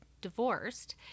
divorced